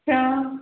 क्या